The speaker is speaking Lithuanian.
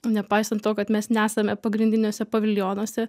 nepaisant to kad mes nesame pagrindiniuose paviljonuose